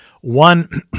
one